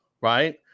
right